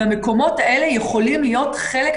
והמקומות האלה יכולים להיות חלק.